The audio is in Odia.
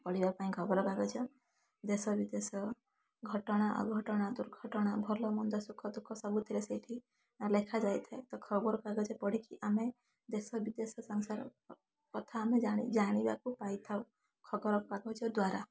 ପଢ଼ିବା ପାଇଁ ଖବରକାଗଜ ଦେଶ ବିଦେଶ ଘଟଣା ଅଘଟଣା ଦୁର୍ଘଟଣା ଭଲ ମନ୍ଦ ସୁଖ ଦୁଃଖ ସବୁଥିରେ ସେଇଠି ଲେଖା ଯାଇଥାଏ ତ ଖବରକାଗଜ ପଢ଼ିକି ଆମେ ଦେଶ ବିଦେଶ ସଂସାର କଥା ଆମେ ଜାଣି ଜାଣିବାକୁ ପାଇଥାଉ ଖବରକାଗଜ ଦ୍ୱାରା